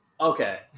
Okay